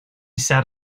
sat